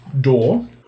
door